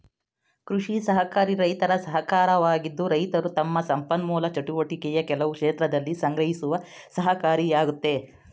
ಕೃಷಿ ಸಹಕಾರಿ ರೈತರ ಸಹಕಾರವಾಗಿದ್ದು ರೈತರು ತಮ್ಮ ಸಂಪನ್ಮೂಲ ಚಟುವಟಿಕೆಯ ಕೆಲವು ಕ್ಷೇತ್ರದಲ್ಲಿ ಸಂಗ್ರಹಿಸುವ ಸಹಕಾರಿಯಾಗಯ್ತೆ